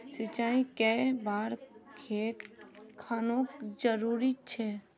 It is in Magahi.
सिंचाई कै बार खेत खानोक जरुरी छै?